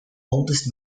oldest